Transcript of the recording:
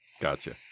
gotcha